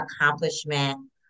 accomplishment